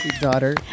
daughter